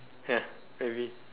ya maybe